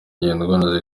ngendanwa